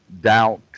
doubt